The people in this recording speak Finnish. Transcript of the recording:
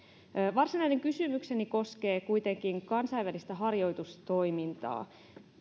varsinainen kysymykseni koskee kuitenkin kansainvälistä harjoitustoimintaa